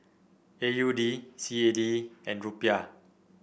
A U D C A D and Rupiah